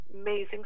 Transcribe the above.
Amazing